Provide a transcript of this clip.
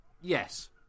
Yes